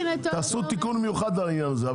תעשו תיקון מיוחד על העניין הזה.